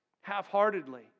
half-heartedly